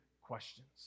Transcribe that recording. questions